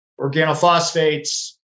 organophosphates